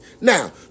Now